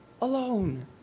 alone